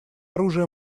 оружия